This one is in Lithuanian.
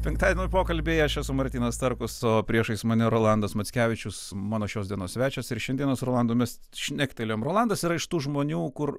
penktadienio pokalbiai aš esu martynas starkus o priešais mane rolandas mackevičius mano šios dienos svečias ir šiandieną su rolandu mes šnektelėjom rolandas yra iš tų žmonių kur